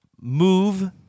Move